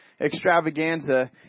Extravaganza